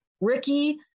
Ricky